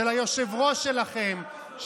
של היושב-ראש שלכם,